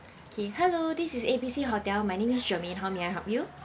okay hello this is A B C hotel my name is germaine how may I help you